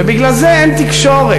ובגלל זה אין תקשורת.